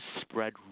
spread